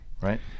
Right